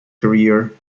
career